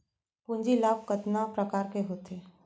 पूंजी लाभ कतना प्रकार के होथे?